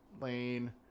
Lane